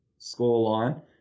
scoreline